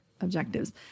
objectives